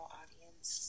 audience